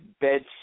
bed